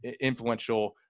influential